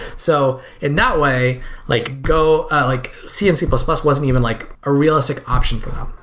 so in that way like go, like c and c plus plus wasn't even like a realistic option for them.